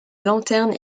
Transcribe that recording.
lanterne